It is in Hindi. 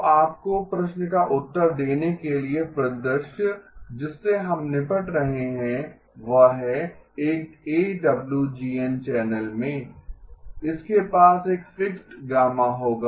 तो आपके प्रश्न का उत्तर देने के लिए परिदृश्य जिससे हम निपट रहे हैं वह है एक एडब्लूजीएन चैनल में इसके पास एक फिक्स्ड γ होगा